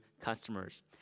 customers